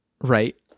Right